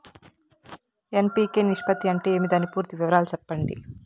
NPK నిష్పత్తి అంటే ఏమి దాని పూర్తి వివరాలు సెప్పండి?